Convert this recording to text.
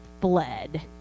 fled